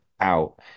out